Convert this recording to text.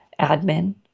admin